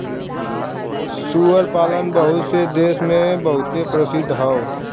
सूअर पालन बहुत से देस मे बहुते प्रसिद्ध हौ